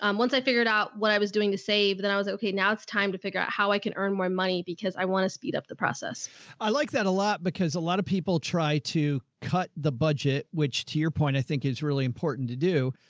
um once i figured out what i was doing to save, then i was, okay, now it's time to figure out how i can earn my money because i want to speed up the process. joe i like that a lot because a lot of people try to cut the budget, which to your point, i think is really important to do.